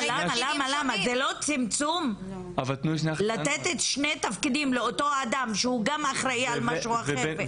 זה לא צמצום לתת שני תפקידים לאותו אדם שהוא גם אחראי על משהו אחר?